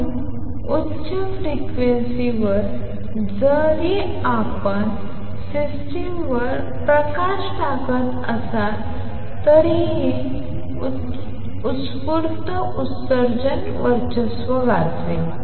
म्हणून उच्च फ्रिक्वेन्सीजवर जरी आपण सिस्टीमवर प्रकाश टाकत असाल तरीही उत्स्फूर्त उत्सर्जन वर्चस्व गाजवेल